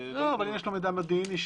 אבל אם יש מידע מודיעיני,